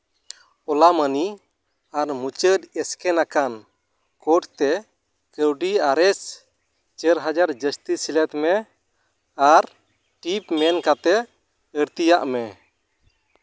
ᱳᱞᱟ ᱢᱟᱹᱱᱤ ᱟᱨ ᱢᱩᱪᱟᱹᱫ ᱥᱠᱮᱱᱟᱠᱟᱱ ᱠᱳᱰ ᱛᱮ ᱠᱟᱹᱣᱰᱤ ᱟᱨᱮᱥ ᱪᱟᱹᱨ ᱦᱟᱡᱟᱨ ᱡᱟᱹᱥᱛᱤ ᱥᱮᱞᱮᱫ ᱢᱮ ᱟᱨ ᱴᱤᱯ ᱢᱮᱱ ᱠᱟᱛᱮᱫ ᱟᱹᱲᱛᱤᱭᱟᱜ ᱢᱮ